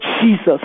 Jesus